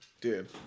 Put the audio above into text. dude